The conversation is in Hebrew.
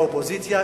באופוזיציה,